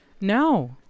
No